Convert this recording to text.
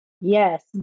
Yes